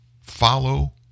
follow